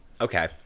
okay